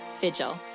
Vigil